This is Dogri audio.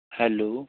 हैल्लो